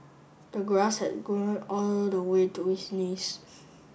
the grass had grown all the way to his knees